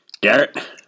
Garrett